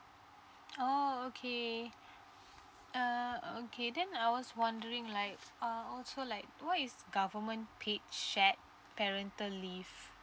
oh okay uh okay then I was wondering like uh also like what is government paid shared parental leave